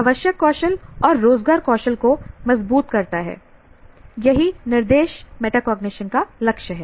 आवश्यक कौशल और रोज़गार कौशल को मजबूत करता है यही निर्देश मेटाकॉग्निशन का लक्ष्य है